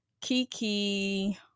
Kiki